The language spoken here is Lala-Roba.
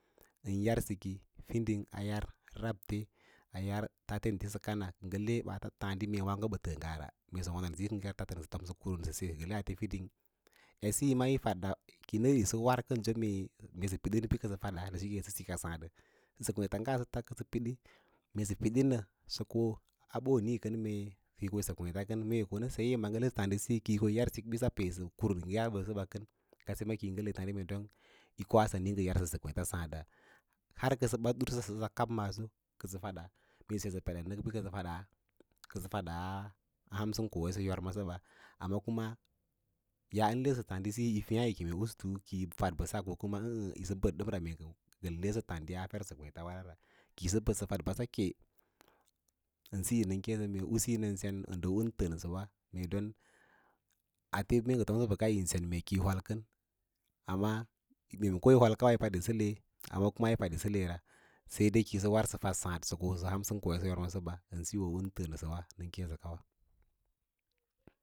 A yar sikí fiding a yar rabte yar tatente sə kana ale ɓaats tǎǎd mee wǎǎgo ɓə təə ngara mee nga sə wonon sayi sə tom ə kurum sə la ate fin, saye ma fadala kiiyi nəd kənso yí war mee sə pidinsə fada da cike sə sika sǎǎddə, mee sə se kwêêta ngan kəsə pidá mee səpidin nə səko aɓoní kən mee ko yise kweets kən, mee sə konə saye yi makale sə tǎǎdi siyi ki yi yar sík bíss kurum sə ɓa yo ngə le taãdí kaa yi koa sami sə yarsə sə kweeta saãda har kəsə bad udrsosa kab maaso kəsəfada, mee sə se sə peɗenə kiyi kem kəsə fada kə fada ham sən koya sə yôma səba, amma kuma yaa ən lesəsə tǎǎdi siyí yi fîîyâ yí keme usu kiyi fad bəss ko ə̌ə̌ ə̌ə̌ yi bəd ɗəmra imee ən hesə lǎǎdi a fer se kwěětsyarara kiyi sə bədə, sə fad ɓasa ke ən siya nə kêêsə u siyo nən sen ən un təə nə wa don ate mee ngə tom bəkan yín kem kiyi hol kən amma maima ko yí hol kawaí yi fad yí sə, saí kuma yi yau faɗa kíyi war sə fad saãd so kosə a har sə kosəɓa ən siyo bən təə nəsə ba.